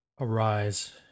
arise